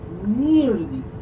nearly